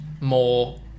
more